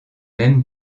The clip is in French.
mêmes